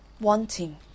Wanting